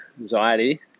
anxiety